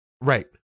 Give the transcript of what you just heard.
Right